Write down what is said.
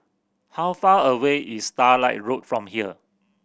how far away is Starlight Road from here